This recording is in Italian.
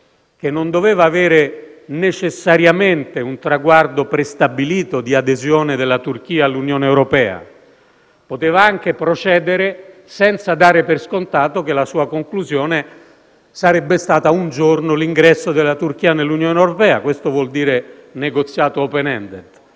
non doveva avere necessariamente un traguardo prestabilito di adesione della Turchia all'Unione europea; poteva anche procedere senza dare per scontato che la sua conclusione sarebbe stata, un giorno, l'ingresso della Turchia nell'Unione europea (questo vuole dire negoziato *open ended*).